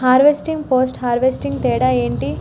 Harvesting, post harvesting తేడా ఏంటి?